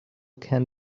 can